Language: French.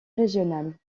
régional